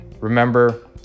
remember